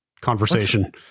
conversation